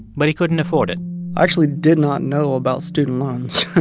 but he couldn't afford it i actually did not know about student loans.